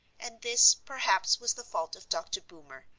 and this, perhaps, was the fault of dr. boomer,